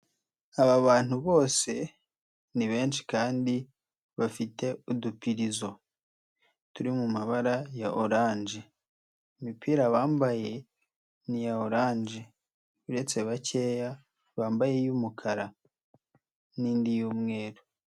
Aba bantu bose ni benshi kandi bafite udupirizo. Turi mu mabara ya oranje, imipira bambaye ni iya oranje uretse bakeya bambaye iy'umukara n'indi y'umweru.